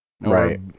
Right